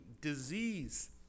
disease